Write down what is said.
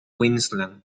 queensland